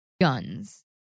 guns